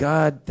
God